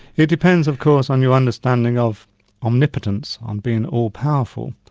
it depends of course on your understanding of omnipotence, on being all-powerful.